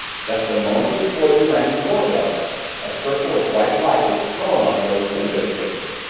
just a moment before you rang the doorbell a circle of white light was thrown on those window shades.